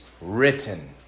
written